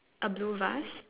a blue vase